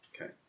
okay